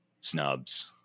snubs